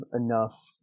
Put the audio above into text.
enough